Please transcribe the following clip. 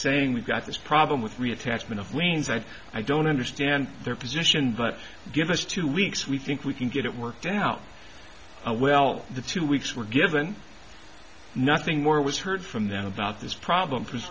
saying we've got this problem with reattachment of means that i don't understand their position but give us two weeks we think we can get it worked out a well the two weeks were given nothing more was heard from them about this problem